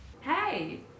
Hey